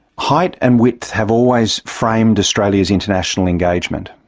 height and width have always framed australia's international engagement.